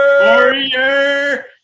Warrior